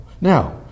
Now